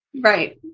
Right